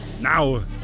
Now